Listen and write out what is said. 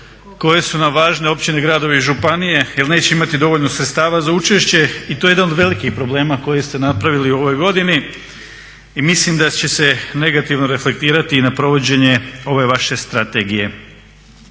koje su nam važne, općine, gradove i županije jer neće imati dovoljno sredstava za učešće i to je jedan od velikih problema koje ste napravili u ovoj godini i mislim da će se negativno reflektirati i na provođenje ove vaše strategije.